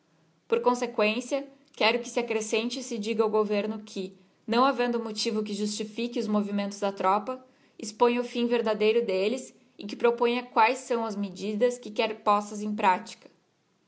por consequência quero que se accrescente e se diga ao governo que não havendo motivo que justifique os movimentos da tropa exponha o fim verdadeiro delles e que proponha quaes são as medidas que quer postas em pratica